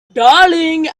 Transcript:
darling